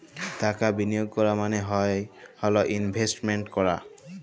টাকা বিলিয়গ ক্যরা মালে হ্যয় ইলভেস্টমেল্ট ক্যরা